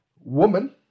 Woman